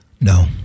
no